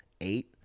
eight